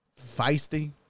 feisty